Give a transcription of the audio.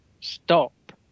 Stop